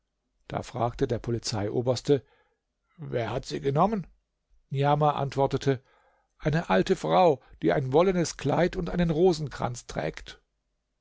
da fragte der polizeioberste wer hat sie genommen niamah antwortete eine alte frau die ein wollenes kleid und einen rosenkranz trägt